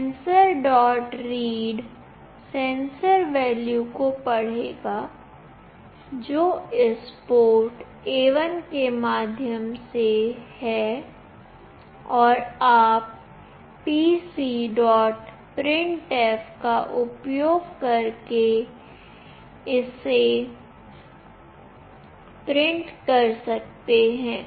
sensorread sensor value को पढ़ेगा जो इस पोर्ट A1 के माध्यम से है और आप pcprintf का उपयोग करके इसे प्रिंट कर सकते हैं